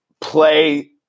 play